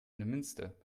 neumünster